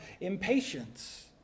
impatience